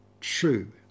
true